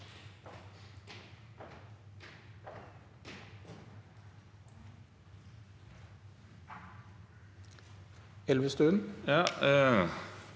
Elvestuen